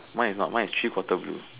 mine is not mine is three quarter view